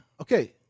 okay